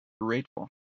grateful